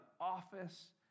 office